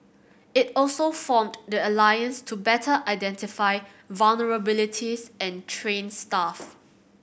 it also formed the alliance to better identify vulnerabilities and train staff